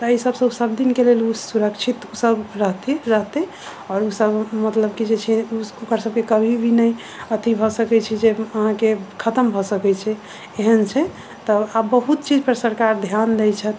तऽ एहि सभसँ सभदिनके लेल ओ सुरक्षित सभ रहथिन रहतै आओर ओ सभ मतलब कि जे छै ओकर सभके कभी भी नहि अथि भए सकैत छै जे अहाँकेँ खतम भए सकैत छै एहन छै तऽ आब बहुत चीज पर सरकार ध्यान दै छथि